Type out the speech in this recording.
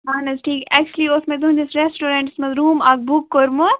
اہن حظ ٹھیٖک ایکچولی اوس مےٚ تُہندِس ریسٹورَنٹَس مَنٛز روٗم اَکھ بُک کوٚرمُت